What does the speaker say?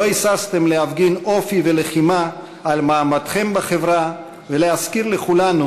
לא היססתם להפגין אופי ולחימה על מעמדכם בחברה ולהזכיר לכולנו